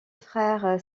frères